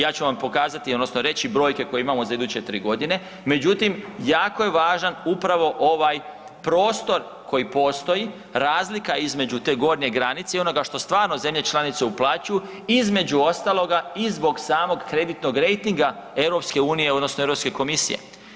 Ja ću vam pokazati, odnosno reći brojke koje imamo za iduće 3 godine, međutim, jako je važan upravo ovaj prostor koji postoji, razlika između te gornje granice i ono ga što stvarno zemlje članice uplaćuju, između ostaloga i zbog samog kreditnog rejtinga EU odnosno EU komisije.